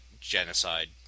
genocide